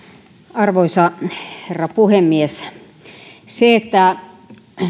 arvoisa herra puhemies se että